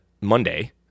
Monday